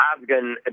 Afghan